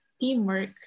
Teamwork